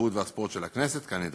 התרבות והספורט של הכנסת כנדרש.